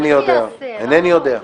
אינני יודע, אינני יודע.